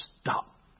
stop